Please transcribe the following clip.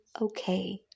okay